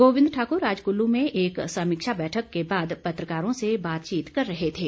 गोविंद ठाक्र आज कल्लू में एक समीक्षा बैठक के बाद पत्रकारों से बातचीत कर रहे थे